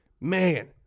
Man